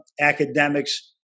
academics